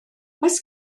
oes